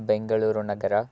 Bengaluru Nagar